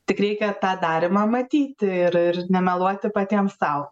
tik reikia tą darymą matyti ir nemeluoti patiems sau